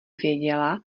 věděla